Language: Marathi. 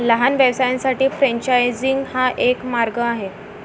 लहान व्यवसायांसाठी फ्रेंचायझिंग हा एक मार्ग आहे